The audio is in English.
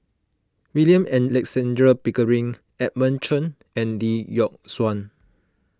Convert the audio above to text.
William Alexander Pickering Edmund Chen and Lee Yock Suan